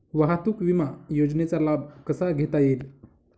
वाहतूक विमा योजनेचा लाभ कसा घेता येईल?